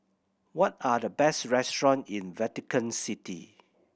what are the best restaurant in Vatican City